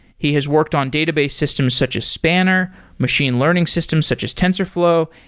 he has worked on database systems such as spanner, machine learning system such as tensorflow,